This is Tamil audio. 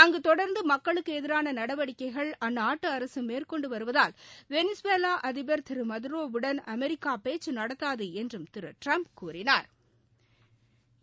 அங்கு தொடர்ந்து மக்களுக்கு எதிரான நடவடிக்கைகளை அந்நாட்டு அரசு மேற்கொண்டு வருவதால் வெளிசுலா அதிபா் திரு மதுரோ வுடன் அமெரிக்கா பேச்சு நடத்தாது என்றும் திரு ட்டிரம்ப் கூறினாா்